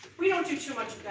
we don't do too much